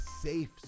safe